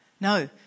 No